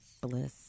Bliss